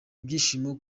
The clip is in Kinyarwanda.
ibyishimo